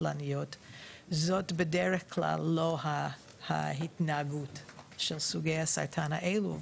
קטלניות זו בדרך כלל לא ההתנהגות של סוגי הסרטן האלו,